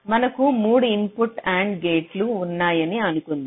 మనకు 3 input and gate ఉన్నాయని అనుకుందాం